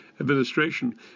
administration